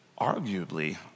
arguably